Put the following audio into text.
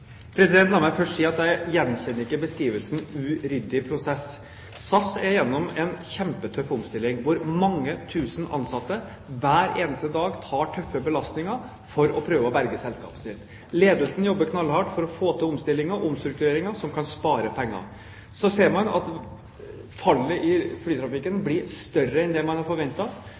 La meg først si at jeg gjenkjenner ikke beskrivelsen «uryddig» prosess. SAS går gjennom en kjempetøff omstilling, og mange tusen ansatte tar hver eneste dag tøffe belastninger for å prøve å berge selskapet sitt. Ledelsen jobber knallhardt for å få til omstillinger og omstruktureringer som gjør at de kan spare penger. Så ser man at fallet i flytrafikken blir større enn det man har